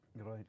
Right